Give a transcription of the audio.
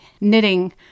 knitting